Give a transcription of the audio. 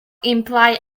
imply